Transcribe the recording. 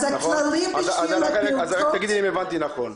אז רק תגידי לי אם הבנתי נכון.